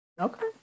okay